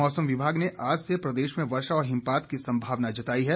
मौसम विभाग ने आज से प्रदेश में वर्षा व हिमपात की संभावना जताई है